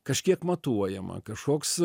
kažkiek matuojama kažkoks